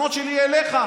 התלונות שלי אליך.